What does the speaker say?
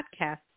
Podcasts